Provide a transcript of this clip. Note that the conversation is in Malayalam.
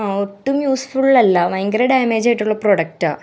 അ ഒട്ടും യൂസ്ഫുൾ അല്ല ഭയങ്കര ഡാമേജ് ആയിട്ടുള്ള പ്രൊഡക്റ്റ് ആണ്